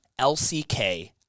lck